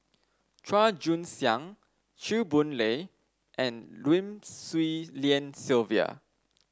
Chua Joon Siang Chew Boon Lay and Lim Swee Lian Sylvia